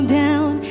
down